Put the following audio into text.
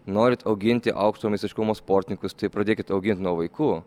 norit auginti aukšto meistriškumo sportininkus tai pradėkit augint nuo vaikų